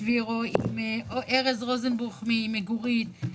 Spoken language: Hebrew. עם ארז רוזנבוך ממגורית,